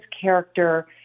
character